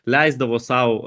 leisdavo sau